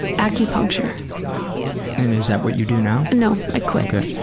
acupuncture. and is that what you do now? no. i quit.